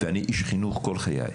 ואני איש חינוך כל חיי,